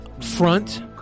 front